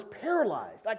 paralyzed